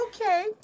Okay